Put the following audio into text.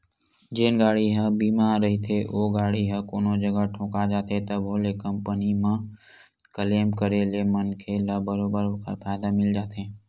जेन गाड़ी ह बीमा रहिथे ओ गाड़ी ह कोनो जगा ठोका जाथे तभो ले कंपनी म क्लेम करे ले मनखे ल बरोबर ओखर फायदा मिल जाथे